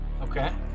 okay